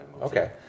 Okay